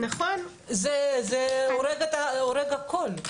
זה הורג הכול.